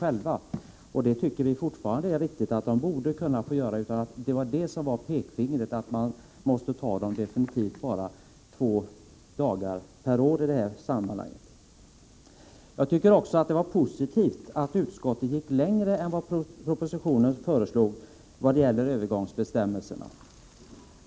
Pekfingret var just att man bara skulle få ta ut två dagar per år. Jag tycker också att det var positivt att utskottet gick längre än vad propositionen föreslog i vad gäller övergångsbestämmelserna.